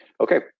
Okay